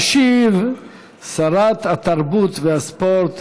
תשיב שרת התרבות והספורט